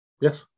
Yes